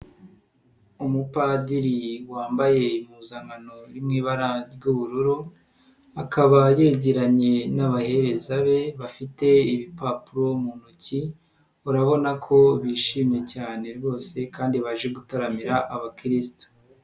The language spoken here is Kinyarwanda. Umupadiri wambaye impuzankano iri mu ibara ry'ubururu akaba yegeranye n'abahereza be bafite ibipapuro mu ntoki urabona ko bishimye cyane rwose kandi baje gutaramira abakirisitu.